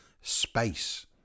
space